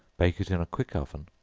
bake it in a quick oven,